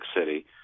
City